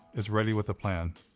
is ready with a plan.